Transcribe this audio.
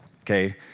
okay